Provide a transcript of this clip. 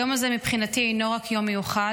היום הזה מבחינתי אינו רק יום מיוחד.